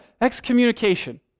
excommunication